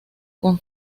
con